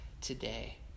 today